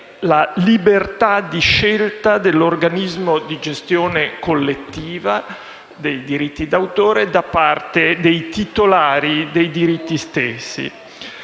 la libertà di scelta dell'organismo di gestione collettiva dei diritti d'autore da parte dei titolari dei diritti stessi.